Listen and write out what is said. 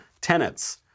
tenets